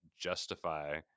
justify